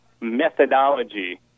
methodology